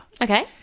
Okay